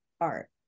art